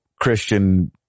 Christian